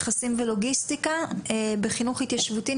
נכסים ולוגיסטיקה בחינוך ההתיישבותי.